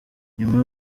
nyuma